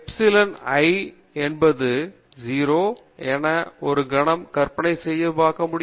epsilon i என்பது 0 என ஒரு கணம் கற்பனை செய்து பாருங்கள்